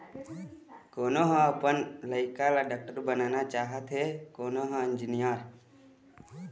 कोनो ह अपन लइका ल डॉक्टर बनाना चाहथे, कोनो ह इंजीनियर